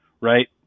right